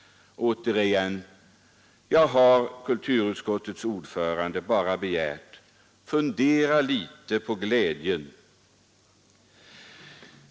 Återigen — jag har, kulturutskottets ordförande, bara begärt att ni skall fundera litet på glädjen.